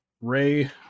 ray